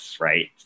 right